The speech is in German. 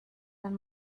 ein